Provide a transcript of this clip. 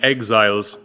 exiles